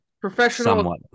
professional